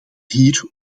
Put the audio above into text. hier